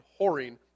whoring